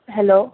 hello